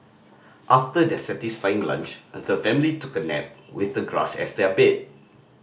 after their satisfying lunch the family took a nap with the grass as their bed